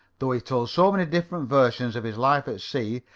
though he told so many different versions of his life at sea,